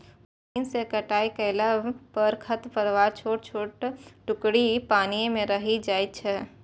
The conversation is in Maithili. मशीन सं कटाइ कयला पर खरपतवारक छोट छोट टुकड़ी पानिये मे रहि जाइ छै